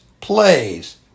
plays